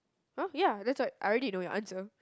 oh ya that's why I already know your answer